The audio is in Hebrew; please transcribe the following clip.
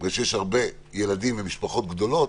ויש הרבה ילדים ומשפחות גדולות,